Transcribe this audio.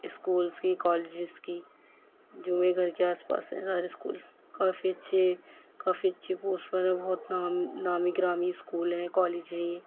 schools کی colleges کی جو میرے گھر کے آس پاس ہے سارے اسکول کافی اچھے کافی اچھی پوسٹ پر ہے بہت نام نامی گرامی اسکول ہیں کالج ہیں یہ